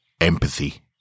Empathy